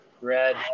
Red